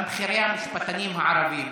גם בכירי המשפטנים הערבים,